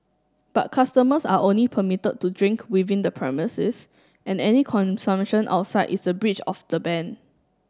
but customers are only permitted to drink within the premises and any consumption outside is a breach of the ban